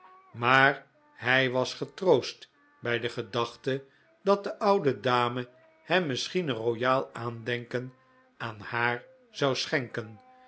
maar hij was getroost bij de gedachte dat de oude dame hem misschien een royaal aandenken aan haar zou schenken